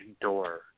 door